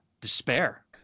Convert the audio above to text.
despair